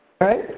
right